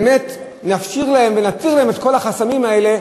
באמת נפשיר להם ונסיר להם את כל החסמים האלה,